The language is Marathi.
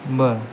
बरं